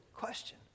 question